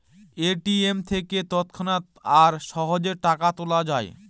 ATM থেকে তৎক্ষণাৎ আর সহজে টাকা তোলা যায়